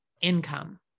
income